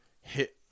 hit